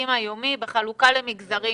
איך ייתכן שהאפליה הזאת נמשכת אל מול הסופרים?